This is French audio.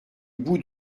bout